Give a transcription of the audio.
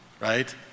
right